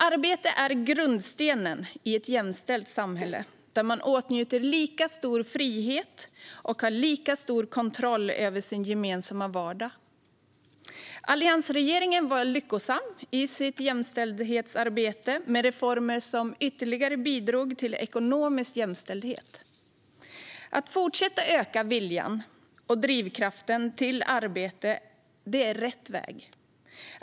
Arbete är grundstenen i ett jämställt samhälle där man åtnjuter lika stor frihet och har lika stor kontroll över sin gemensamma vardag. Alliansregeringen var lyckosam i sitt jämställdhetsarbete med reformer som ytterligare bidrog till ekonomisk jämställdhet. Att fortsätta öka viljan och drivkraften till arbete är rätt väg.